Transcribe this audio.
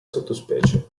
sottospecie